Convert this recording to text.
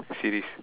series